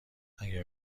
اگه